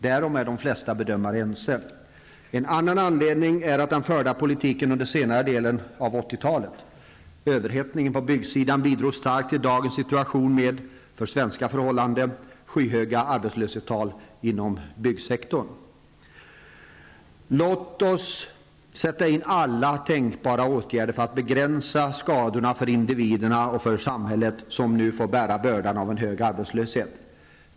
Därom är de flesta bedömare ense. En annan anledning är den förda politiken under senare delen av 80-talet. Överhettningen på byggsidan bidrog starkt till dagens situation med för svenska förhållanden skyhöga arbetslöshetstal inom byggsektorn. Låt oss sätta in alla tänkbara åtgärder för att begränsa skadorna för individerna och för samhället, vilka nu får bära bördan av en hög arbetslöshet.